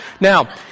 now